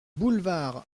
boulevard